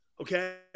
okay